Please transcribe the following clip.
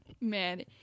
Man